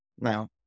now